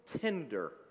tender